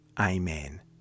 Amen